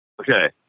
Okay